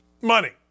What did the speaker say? Money